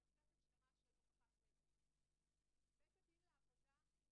בהבדל ממה שנאמר פה קודם על הטרדה מינית,